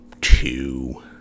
two